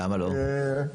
למה לא?